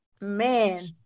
man